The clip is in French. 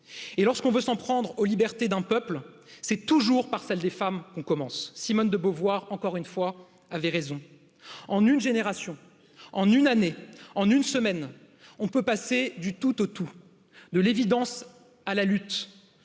et lorsqu'on veut s'en prendre aux libertés d'un peuple, c'est toujours par celle des femmes qu'on commence, pare Simone de Beauvoir, encore une fois, avait raison en une génération en une année, en une semaine. On peut passer du tout au tout, de l'évidence à la lutte